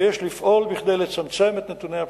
ויש לפעול כדי לצמצם את נתוני הפשיעה.